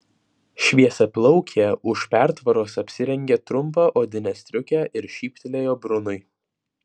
šviesiaplaukė už pertvaros apsirengė trumpą odinę striukę ir šyptelėjo brunui